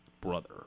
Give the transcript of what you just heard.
brother